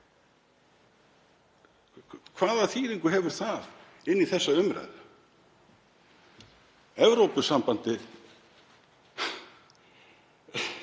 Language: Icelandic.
Hvaða þýðingu hefur það inn í þessa umræðu? Evrópusambandið